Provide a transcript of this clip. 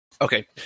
okay